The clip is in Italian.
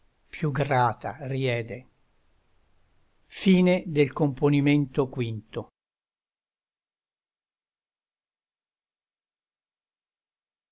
più grata riede poi